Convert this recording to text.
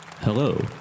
Hello